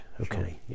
okay